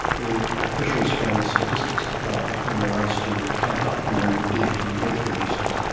the officials from the statistics department when they are asked to count up the number of dead from the death registers,